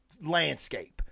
landscape